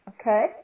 Okay